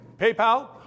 PayPal